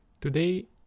today